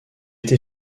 été